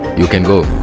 you can go